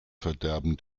verderben